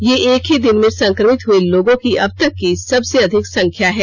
यह एक ही दिन में संक्रमित हुए लोगों की अब तक की सबसे अधिक संख्या है